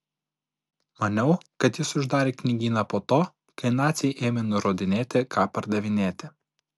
maniau jis uždarė knygyną po to kai naciai ėmė nurodinėti ką pardavinėti